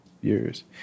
years